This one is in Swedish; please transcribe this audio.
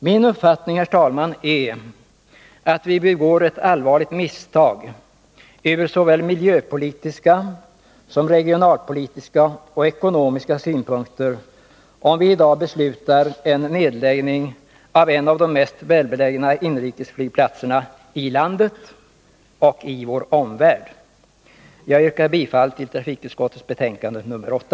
Min uppfattning är att vi begår ett allvarligt misstag ur såväl miljöpolitiska som regionalpolitiska och ekonomiska synpunkter om vi i dag beslutar en nedläggning av en av de mest välbelägna inrikesflygplatserna i landet och i vår omvärld. Jag yrkar bifall till trafikutskottets hemställan i dess betänkande nr 8.